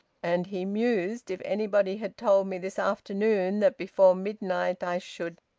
and he mused if anybody had told me this afternoon that before midnight i should